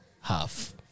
half